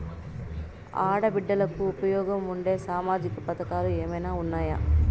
ఆడ బిడ్డలకు ఉపయోగం ఉండే సామాజిక పథకాలు ఏమైనా ఉన్నాయా?